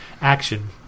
action